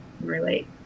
relate